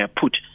put